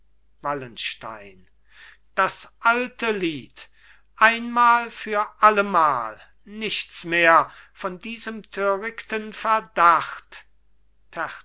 wallenstein das alte lied einmal für allemal nichts mehr von diesem törichten verdacht